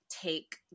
take